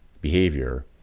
behavior